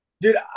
Dude